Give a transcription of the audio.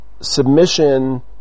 submission